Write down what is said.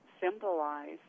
symbolize